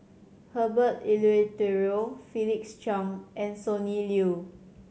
Herbert Eleuterio Felix Cheong and Sonny Liew